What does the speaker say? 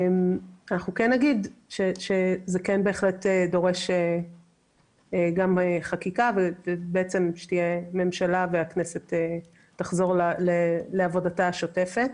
זה בהחלט דורש גם חקיקה ושהממשלה והכנסת יחזרו לעבודתן השוטפת.